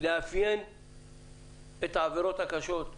את העבירות הקשות,